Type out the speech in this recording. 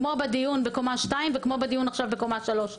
כמו בדיון בקומה 2 וכמו בדיון בכספים.